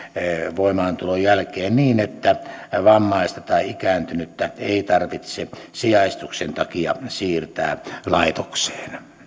voimaantulon jälkeen niin että vammaista tai ikääntynyttä ei tarvitse sijaistuksen takia siirtää laitokseen